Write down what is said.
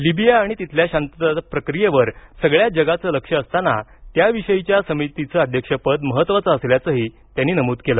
Libya आणि तिथल्या शांतता प्रक्रियेवर सगळ्या जगाचं लक्ष असताना त्याविषयीच्या समितीचं अध्यक्षपद महत्त्वाचं असल्याचंही त्यांनी नमूद केलं